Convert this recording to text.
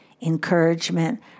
encouragement